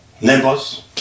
Neighbors